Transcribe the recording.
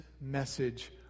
message